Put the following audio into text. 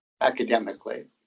academically